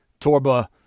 Torba